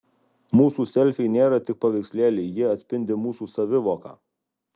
mūsų selfiai nėra tik paveikslėliai jie atspindi mūsų savivoką